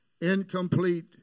Incomplete